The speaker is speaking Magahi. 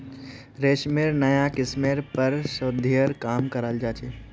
रेशमेर नाया किस्मेर पर शोध्येर काम कराल जा छ